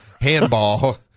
handball